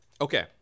Okay